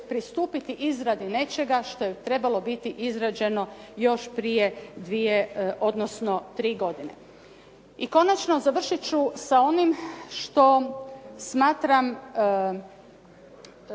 pristupiti izradi nečega što je trebalo biti izrađeno još prije tri godine. I konačno završit ću sa onim što smatram